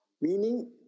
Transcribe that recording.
Meaning